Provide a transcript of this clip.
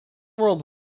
world